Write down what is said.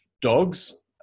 dogs